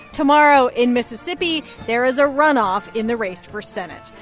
tomorrow in mississippi, there is a runoff in the race for senate.